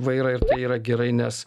vairą ir tai yra gerai nes